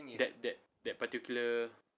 that that particular